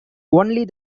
only